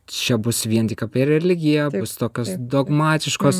čia bus vien tik apie religiją tokios dogmatiškos